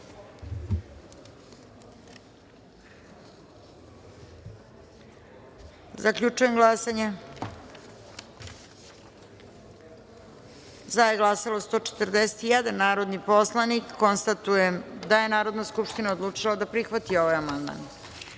izjasne. Zaključujem glasanje: za je glasalo 142 narodna poslanika. Konstatujem da je Narodna skupština odlučila da prihvati ovaj amandman. Na